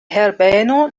herbeno